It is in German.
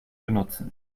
benutzen